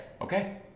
Okay